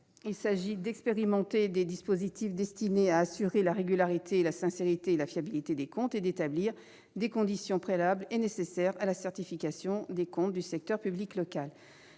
Il s'agit d'expérimenter des « dispositifs destinés à assurer la régularité, la sincérité et la fidélité des comptes » et d'établir « les conditions préalables et nécessaires à la certification des comptes du secteur public local